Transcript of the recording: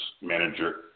manager